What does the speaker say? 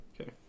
okay